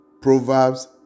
Proverbs